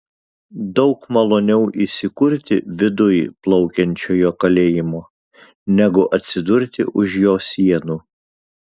daug maloniau įsikurti viduj plaukiančiojo kalėjimo negu atsidurti už jo sienų